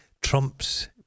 Trump's